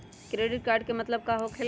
Credit card के मतलब का होकेला?